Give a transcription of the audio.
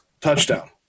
touchdown